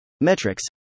Metrics